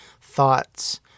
thoughts